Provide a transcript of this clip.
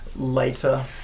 Later